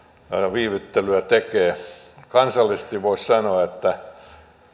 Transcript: viivyttelyä tekee kansallisesti voisi sanoa että